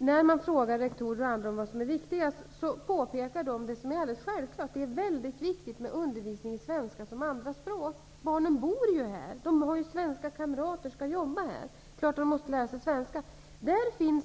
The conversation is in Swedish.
När man frågar rektorer och andra som är verksamma i skolan om vad som är viktigast, påpekar de det som är alldeles självklart, nämligen att det är väldigt viktigt med undervisning i svenska som andra språk. Barnen bor ju här. De har svenska kamrater, och de skall jobba här. Det är klart att de måste lära sig svenska. Det finns